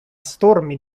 stormi